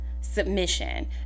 Submission